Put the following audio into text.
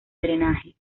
drenaje